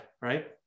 right